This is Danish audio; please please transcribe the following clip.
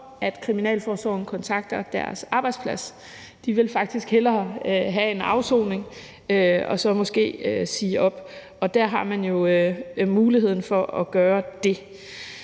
at kriminalforsorgen kontakter deres arbejdsplads. De vil faktisk hellere have en afsoning og så måske sige op. Det har man jo mulighed for at gøre.